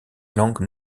langues